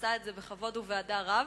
שעשה את זה בכבוד ובהדר רב.